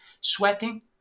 sweating